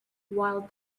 while